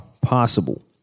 possible